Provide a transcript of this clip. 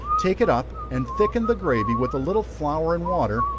take it up, and thicken the gravy with a little flour and water,